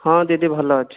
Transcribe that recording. ହଁ ଦିଦି ଭଲ ଅଛି